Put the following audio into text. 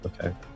Okay